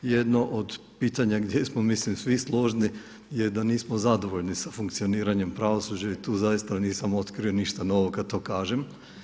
Jedno od pitanja gdje smo mislim svi složni je da nismo zadovoljni sa funkcioniranjem pravosuđa i tu zaista nisam otkrio ništa novo kada to kažem.